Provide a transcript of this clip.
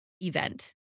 event